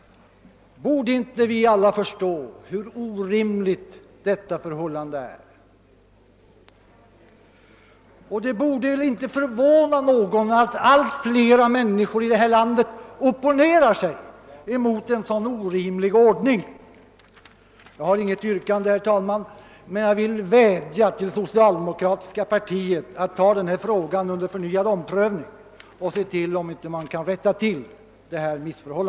Borde inte vi alla förstå, hur orimligt detta förhållande är? Det borde väl inte förvåna någon, att allt fler människor i detta land opponerar sig mot en sådan orimlig ordning. Jag har inget yrkande, herr talman, men jag vill vädja till socialdemokratiska partiet att ta denna fråga under förnyad omprövning och se till, om inte detta missförhållande kan rättas till.